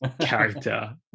character